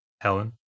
Helen